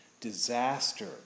disaster